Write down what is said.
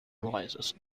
voices